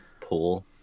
Pool